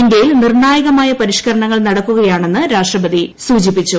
ഇന്ത്യയിൽ ്നിർണ്ണായകമായ പരിഷ്ക്കരണങ്ങൾ നടക്കുകയാണെന്ന് രാഷ്ട്രപതി സൂചിപ്പിച്ചു